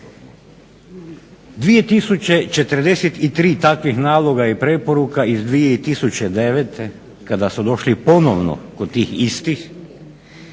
2043 takvih naloga i preporuka iz 2009. kada su došli ponovno kod tih istih